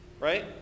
Right